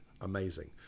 amazing